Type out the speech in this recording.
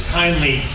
kindly